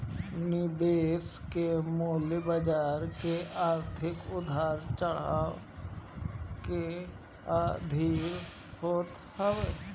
निवेश के मूल्य बाजार के आर्थिक उतार चढ़ाव के अधीन होत हवे